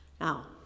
Now